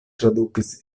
tradukis